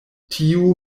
tiu